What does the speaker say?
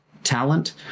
talent